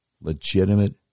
legitimate